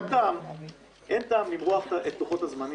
אין טעם למרוח את לוחות הזמנים.